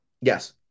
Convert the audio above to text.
Yes